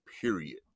period